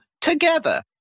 together